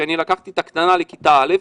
כשאני לקחתי את הקטנה לכיתה א',